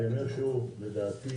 לדעתי